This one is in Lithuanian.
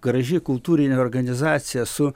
graži kultūrinė organizacija su